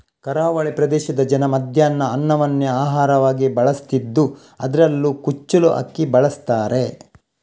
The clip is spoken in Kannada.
ಕರಾವಳಿ ಪ್ರದೇಶದ ಜನ ಮಧ್ಯಾಹ್ನ ಅನ್ನವನ್ನೇ ಆಹಾರವಾಗಿ ಬಳಸ್ತಿದ್ದು ಅದ್ರಲ್ಲೂ ಕುಚ್ಚಿಲು ಅಕ್ಕಿ ಬಳಸ್ತಾರೆ